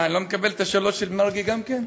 מה, אני לא מקבל את השלוש של מרגי גם כן?